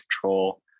control